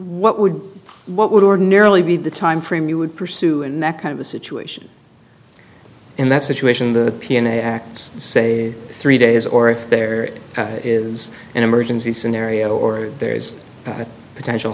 what would what would ordinarily be the timeframe you would pursue and that kind of a situation in that situation the piano acts say three days or if there is an emergency scenario or if there is a potential